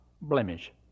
blemish